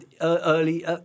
early